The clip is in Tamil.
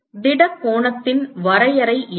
திட கோணத்தின் வரையறை என்ன